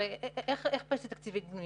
הרי איך פנסיה תקציבית בנויה?